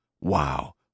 Wow